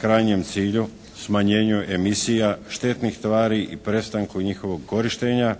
krajnjem cilju smanjenju emisija štetnih tvari i prestanku njihovog korištenja